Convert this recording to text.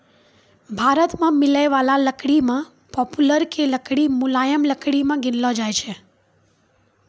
भारत मॅ मिलै वाला लकड़ी मॅ पॉपुलर के लकड़ी मुलायम लकड़ी मॅ गिनलो जाय छै